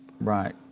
Right